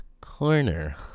Corner